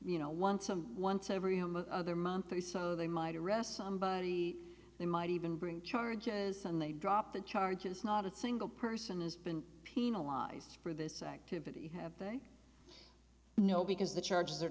you know once a once every other month or so they might arrest somebody they might even bring charges and they drop the charges not a single person has been penalized for this activity they know because the charge